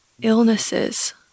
illnesses